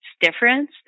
difference